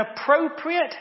appropriate